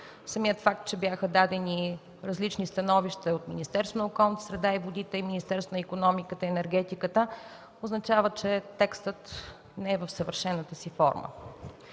Самият факт, че бяха дадени различни становища от Министерството на околната среда и водите и Министерството на икономиката и енергетиката означава, че текстът не е в съвършената си форма.